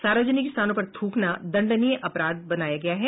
सार्वजनिक स्थानों पर थ्रकना दंडनीय अपराध बनाया गया है